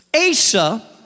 Asa